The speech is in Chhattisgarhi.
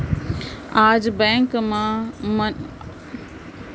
आज बेंक मन ह बंधक लोन, आटो लोन, सिक्छा loan, home loan, personal loan कतको परकार ले लोन देवत हे